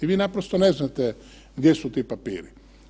Vi naprosto ne znate gdje su ti papiri.